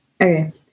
Okay